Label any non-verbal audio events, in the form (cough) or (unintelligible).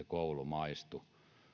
(unintelligible) koulu välttämättä maistu